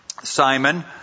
Simon